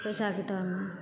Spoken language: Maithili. पैसाके तरमे